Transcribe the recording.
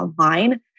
online